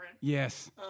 Yes